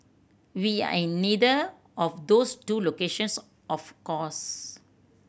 we are in neither of those two locations of course